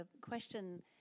question